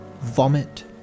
vomit